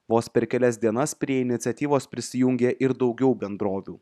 vos per kelias dienas prie iniciatyvos prisijungė ir daugiau bendrovių